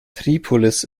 tripolis